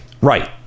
Right